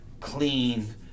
clean